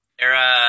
Era